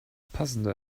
passende